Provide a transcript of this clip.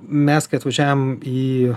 mes kai atvažiavom į